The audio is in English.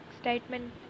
statement